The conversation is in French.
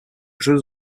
jeux